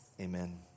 amen